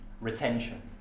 retention